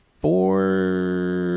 four